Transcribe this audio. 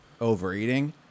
overeating